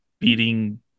beating